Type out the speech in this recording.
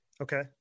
Okay